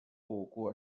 透过